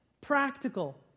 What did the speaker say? practical